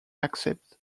accept